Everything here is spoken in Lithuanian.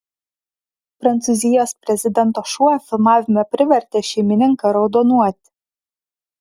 prancūzijos prezidento šuo filmavime privertė šeimininką raudonuoti